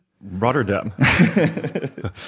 Rotterdam